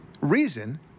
reason